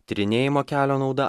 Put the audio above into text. tyrinėjimo kelio nauda